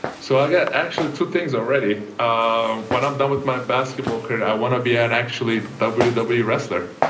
so i got actually two things already. ah when i'm done with my basketball career, i want to be an actually wwe wwe wrestler.